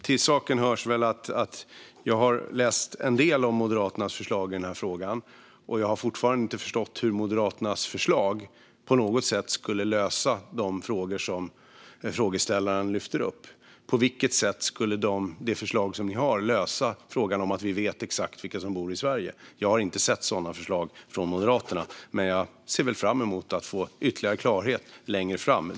Till saken hör att jag har läst en del av Moderaternas förslag i denna fråga, och jag har fortfarande inte förstått hur Moderaternas förslag på något sätt skulle lösa de frågor som frågeställaren lyfter upp. På vilket sätt skulle detta förslag lösa frågan att veta exakt vilka som bor i Sverige? Jag har inte sett sådana förslag från Moderaterna, men jag ser fram emot att få ytterligare klarhet längre fram.